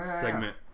segment